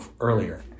earlier